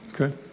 Okay